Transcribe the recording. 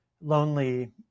lonely